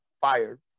fired